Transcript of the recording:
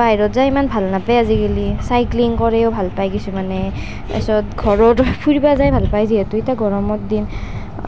বাহিৰত যাই সিমান ভাল নেপায় আজিকালি চাইক্লিং কৰিও ভাল পায় কিছুমানে তাৰ পিছত ঘৰৰটো ফুৰিব যায় ভাল পায় যিহেতু এতিয়া গৰমৰ দিন